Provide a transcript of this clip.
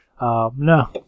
no